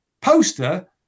poster